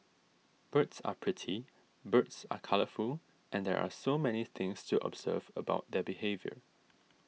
birds are pretty birds are colourful and there are so many things to observe about their behaviour